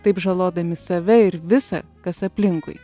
taip žalodami save ir visa kas aplinkui